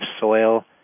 soil